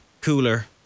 cooler